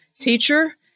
teacher